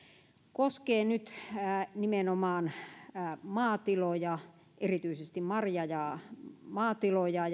koskee nyt nimenomaan maatiloja erityisesti marja ja maatiloja